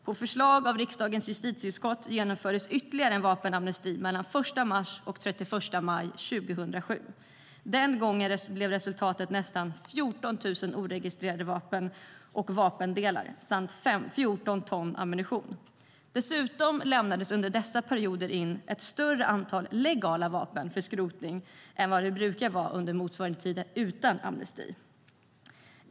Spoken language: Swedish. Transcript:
På förslag av riksdagens justitieutskott genomfördes ytterligare en vapenamnesti mellan den 1 mars och den 31 maj 2007. Den gången blev resultatet nästan 14 000 oregistrerade vapen och vapendelar samt 14 ton ammunition. Dessutom lämnades det under dessa perioder in ett större antal legala vapen för skrotning än vad det brukar vara under motsvarande tid utan amnesti.